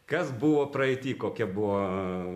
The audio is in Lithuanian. kas buvo praeity kokia buvo